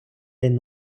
день